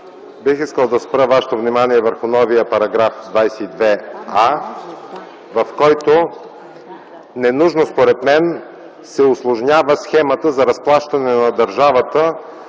Бих искал да спра вашето внимание върху новия § 22а, в който ненужно според мен се усложнява схемата за разплащане на държавата